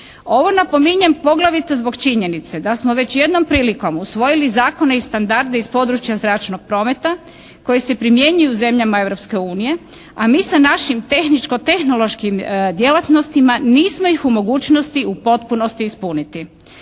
Ovo napominjem poglavito zbog činjenice da smo već jednom prilikom usvojili zakone i standarde iz područja zračnog prometa koji se primjenjuju u zemljama Europske unije a mi sa našim tehničko-tehnološkim djelatnostima nismo ih u mogućnosti u potpunosti ispuniti.